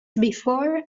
before